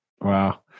Wow